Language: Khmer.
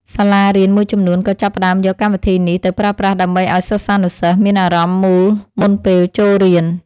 សាលារៀនមួយចំនួនក៏ចាប់ផ្តើមយកកម្មវិធីនេះទៅប្រើប្រាស់ដើម្បីឱ្យសិស្សានុសិស្សមានអារម្មណ៍មូលមុនពេលចូលរៀន។